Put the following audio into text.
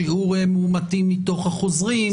שיעור מאומתים מתוך החוזרים.